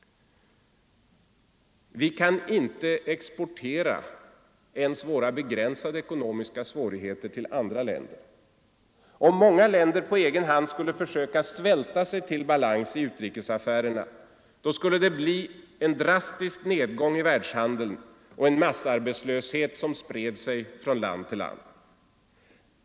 Vi kan inte exportera ens våra begränsade ekonomiska svårigheter till andra länder. Om många länder på egen hand skulle försöka svälta sig till balans i utrikesaffärerna, skulle följden bli en drastisk nedgång i världshandeln och en massarbetslöshet som spred sig från land till land.